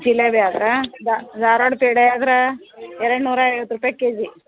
ಜಿಲೇಬಿ ಆದ್ರೆ ಧಾರ್ವಾಡ ಪೇಡ ಆದ್ರೆ ಎರಡುನೂರ ಐವತ್ತು ರೂಪಾಯಿ ಕೆ ಜಿ